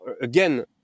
Again